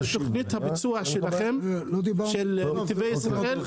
תוכנית הביצוע של נתיבי ישראל,